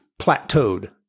plateaued